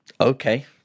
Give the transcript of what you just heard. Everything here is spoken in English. Okay